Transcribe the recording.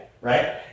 right